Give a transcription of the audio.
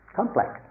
complex